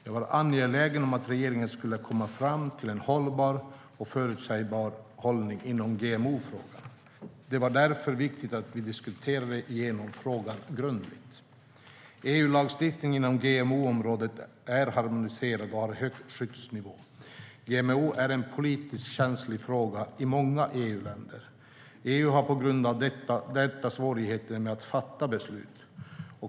Jag var angelägen om att regeringen skulle komma fram till en hållbar och förutsägbar hållning i GMO-frågan. Det var därför viktigt att vi diskuterade igenom frågan grundligt. EU-lagstiftningen inom GMO-området är harmoniserad och har hög skyddsnivå. GMO är en politiskt känslig fråga i många EU-länder. EU har på grund av detta svårigheter med att fatta beslut.